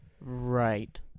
Right